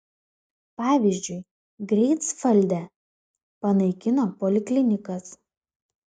pavyzdžiui greifsvalde panaikino poliklinikas